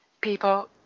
people